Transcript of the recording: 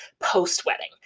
post-wedding